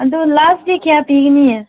ꯑꯗꯨ ꯂꯥꯁꯇꯤ ꯀꯌꯥ ꯄꯤꯒꯅꯤ